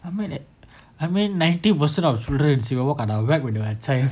I mean it I mean ninety percent of children in singapore kena whack when they were a child